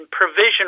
provisional